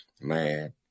mad